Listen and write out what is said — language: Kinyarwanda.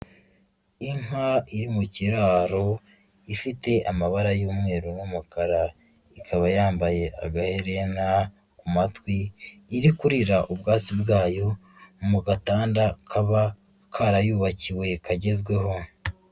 Inka iri mu kiraro ifite amabara y'umweru n'umukara, ikaba yambaye agaherena ku matwi, iri kurira ubwatsi bwayo mu gatanda kaba karayubakiwe kagezweho.